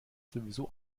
sowieso